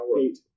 Eight